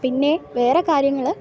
പിന്നെ വേറെ കാര്യങ്ങൾ